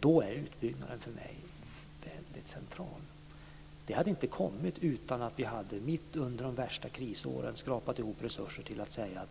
Då är utbyggnaden för mig väldigt central. Den hade inte kommit utan att vi hade, mitt under de värsta krisåren, skrapat ihop resurser nog till att säga att